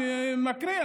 אני מקריא,